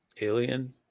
alien